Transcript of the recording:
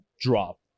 drop